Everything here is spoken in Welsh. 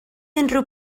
unrhyw